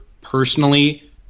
personally